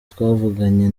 twavuganye